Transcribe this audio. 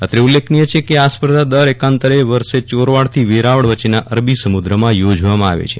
અત્રે ઉલ્લેખનીય છે કે આ સ્પર્ધા દર એકાંતર વર્ષે ચોરવાડ થી વેરાવળ વચ્ચેના અરબી સમુદ્રમાં યોજવામાં આવે છે